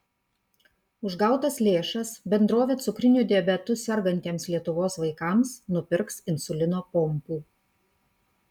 už gautas lėšas bendrovė cukriniu diabetu sergantiems lietuvos vaikams nupirks insulino pompų